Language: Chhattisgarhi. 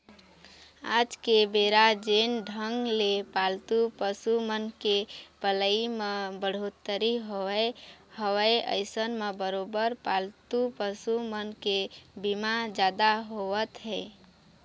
आज के बेरा जेन ढंग ले पालतू पसु मन के पलई म बड़होत्तरी होय हवय अइसन म बरोबर पालतू पसु मन के बीमा जादा होवत हे